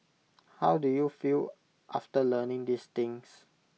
how do you feel after learning these things